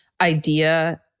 idea